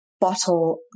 bottle